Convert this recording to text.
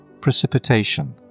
Precipitation